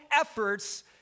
efforts